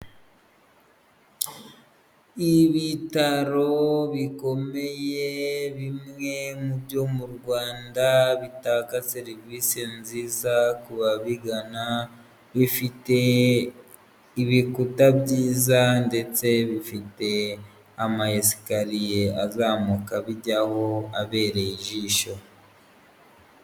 Ibitaro bikomeye bimwe mu byo mu Rwanda bitanga serivisi nziza ku babigana bifite ibikuta byiza ndetse bifite amayesikariye azamuka abijyaho abereye ijisho.